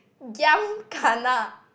giam kena